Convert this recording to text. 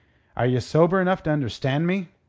are ye sober enough to understand me?